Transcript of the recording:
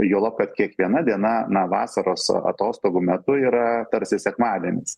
juolab kad kiekviena diena na vasaros atostogų metu yra tarsi sekmadienis